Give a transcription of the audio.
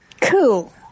Cool